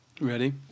Ready